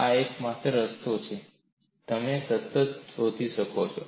આ એકમાત્ર રસ્તો છે જે તમે તમારી જાતને તોષી શકો છો